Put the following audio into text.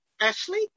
Ashley